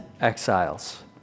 exiles